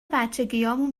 بچگیهامون